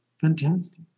Fantastic